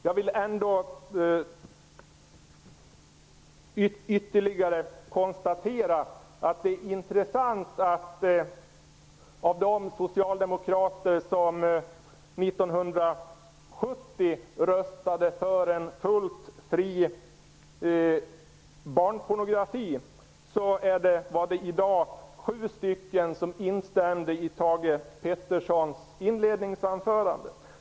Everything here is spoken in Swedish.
Jag vill ytterligare konstatera att det är intressant att av de socialdemokrater som 1970 röstade för en fullt fri barnpornografi, var det i dag sju stycken som instämde i Thage Petersons inledningsanförande.